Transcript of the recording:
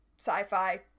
sci-fi